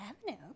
Avenue